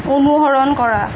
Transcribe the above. অনুসৰণ কৰা